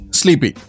sleepy